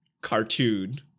cartoon